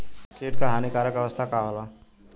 कीट क हानिकारक अवस्था का होला?